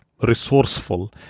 resourceful